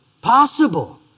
possible